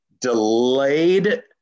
delayed